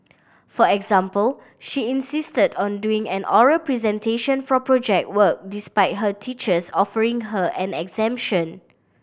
for example she insisted on doing an oral presentation for Project Work despite her teachers offering her an